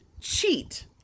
cheat